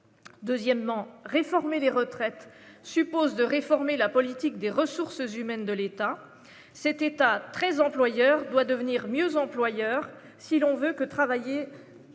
Deuxièmement, réformer les retraites suppose de réformer la politique des ressources humaines de l'État cet état très employeur doit devenir mieux employeur si l'on veut que travailler